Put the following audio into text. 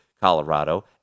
Colorado